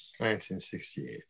1968